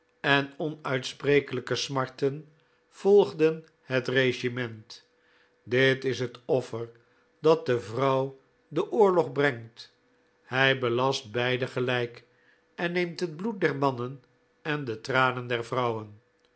en onuitsprekelijke smarten volgden het regiment dit is het offer dat de vrouw den oorlog brengt hij belast beiden gelijk en neemt het bloed der mannen en de tranen der vrouwen